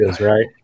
right